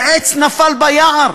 זה עץ נפל ביער.